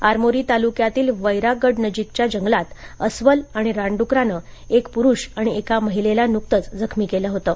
आरमोरी तालुक्यातील वैरागडनजीकच्या जंगलात अस्वल आणि रानडुकराने एक पुरुष आणि एका महिलेला न्कतंच जखमी केलं होतं